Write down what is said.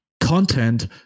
content